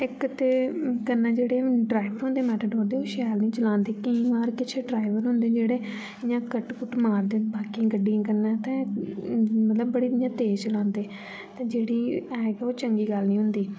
इक ते कन्नै जेह्ड़े ड्राइवर होंदे मेटाडोर दे ओह् शैल नी चलांदे केईं बार किश ड्राइवर होंदे जेह्ड़े इ'यां कट कुट मारदे न बाकी गड्डियें कन्नै ते मतलब बड़ी इ'यां तेज चलांदे ते जेह्ड़ी ऐ गै ओह् चंगी गल्ल नी होंदी